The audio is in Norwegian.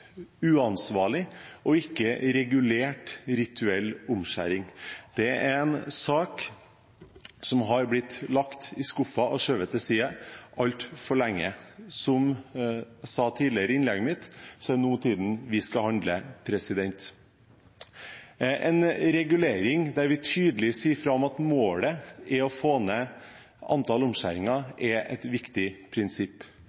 uansvarlig ikke å regulere rituell omskjæring. Dette er en sak som har blitt lagt i skuffen og skjøvet til side altfor lenge. Som jeg sa tidligere i innlegget mitt, så er nå tiden vi skal handle. En regulering der vi tydelig sier fra om at målet om å få ned antall